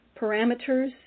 parameters